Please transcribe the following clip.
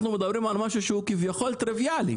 אנחנו מדברים על משהו שהוא, כביכול, טריוויאלי.